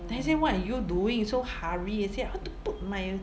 then I say what are you doing so hurry uh say I want to put my